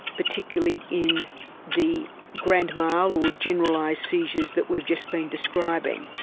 particularly in the grand mal or generalised seizures that we've just been describing.